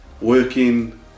working